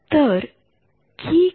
तर की काय असेल